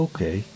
Okay